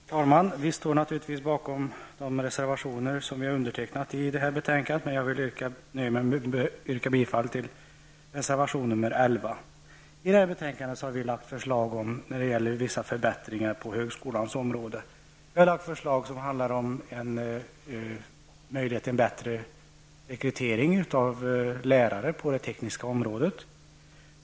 Herr talman! Vi står naturligtvis bakom de reservationer som vi har undertecknat i det här betänkandet, men jag nöjer mig med att yrka bifall till reservation 11. I det här betänkandet har vi lagt fram förslag om vissa förbättringar på högskolans område. Dessa förslag handlar om en möjlighet till en bättre rekrytering av lärare på det tekniska området.